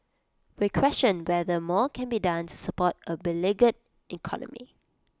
we question whether more can be done to support A beleaguered economy